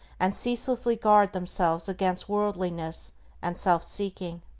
and ceaselessly guard themselves against worldliness and self-seeking.